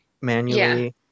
manually